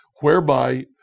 whereby